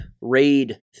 raid